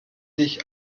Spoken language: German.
sich